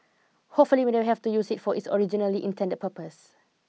hopefully we never have to use it for its originally intended purpose